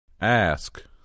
Ask